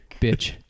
Bitch